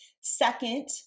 Second